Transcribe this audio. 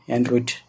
Android